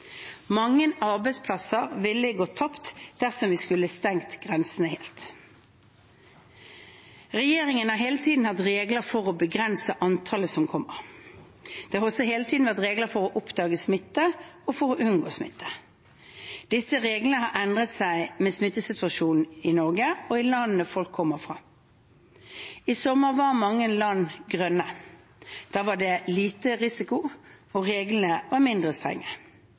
Mange arbeidsplasser ville gått tapt dersom vi skulle stengt grensene helt. Regjeringen har hele tiden hatt regler for å begrense antallet som kommer. Det har også hele tiden vært regler for å oppdage smitte og for å unngå smitte. Disse reglene har endret seg med smittesituasjonen i Norge og i landene folk kommer fra. I sommer var mange land «grønne». Da var det liten risiko og reglene mindre strenge.